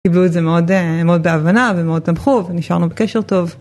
קיבלו את זה מאוד, מאוד בהבנה ומאוד תמכו ונשארנו בקשר טוב.